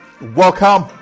Welcome